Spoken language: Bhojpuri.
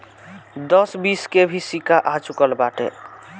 दस बीस के भी सिक्का आ चूकल बाटे